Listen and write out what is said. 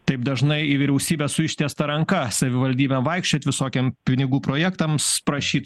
taip dažnai į vyriausybę su ištiesta ranka savivaldybėm vaikščiot visokiem pinigų projektams prašyt